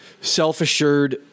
self-assured